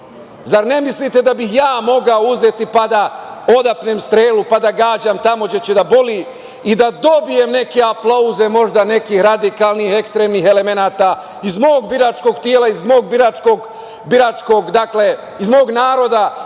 Zar ne mislite da bih ja mogao uzeti, pa da odapnem strelu, pa da gađam tamo gde će da boli i da dobijem neke aplauze, možda nekih radikalnih, ekstremnih elemenata iz mog biračkog tela, iz mog biračkog naroda,